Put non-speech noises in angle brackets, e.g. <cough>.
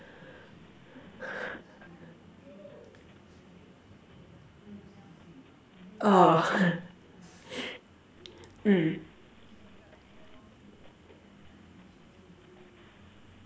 orh <laughs> mm